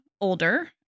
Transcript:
older